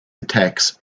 attacks